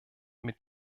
mit